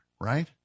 Right